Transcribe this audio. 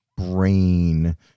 brain